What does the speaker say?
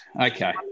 Okay